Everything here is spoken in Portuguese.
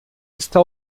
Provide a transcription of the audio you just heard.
está